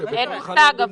אין לי מושג.